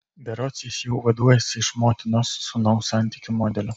berods jis jau vaduojasi iš motinos sūnaus santykių modelio